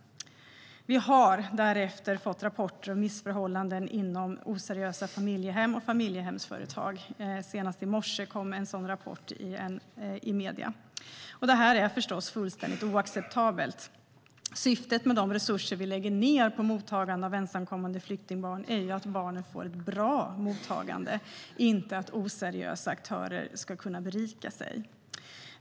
Vi har därefter fått rapporter om missförhållanden inom oseriösa familjehem och familjehemsföretag. Senast i morse kom en sådan rapport i medierna. Det här är förstås fullständigt oacceptabelt. Syftet med de resurser vi lägger ned på mottagande av ensamkommande flyktingbarn är att barnen får ett bra mottagande, inte att oseriösa aktörer ska kunna bli rikare.